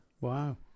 Wow